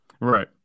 Right